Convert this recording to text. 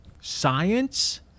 science